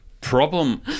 problem